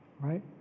right